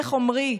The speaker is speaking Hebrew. המלך עמרי,